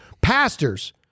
Pastors